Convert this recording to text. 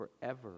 forever